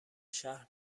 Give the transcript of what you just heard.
شهر